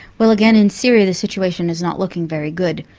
well again, in syria the situation is not looking very good.